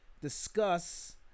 Discuss